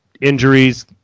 injuries